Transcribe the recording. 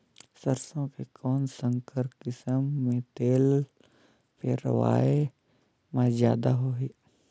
सरसो के कौन संकर किसम मे तेल पेरावाय म जादा होही?